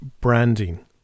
branding